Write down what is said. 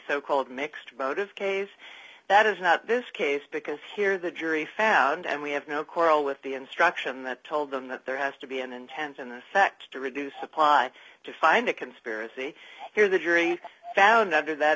so called mixed motives case that is not this case because here the jury found and we have no quarrel with the instruction that told them that there has to be an intense and in fact to reduce apply to find a conspiracy here the jury found under that